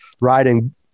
riding